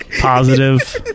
positive